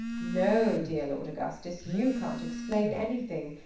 no, dear lord augustus, you can't explain anything.